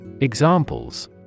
Examples